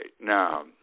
Now